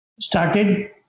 started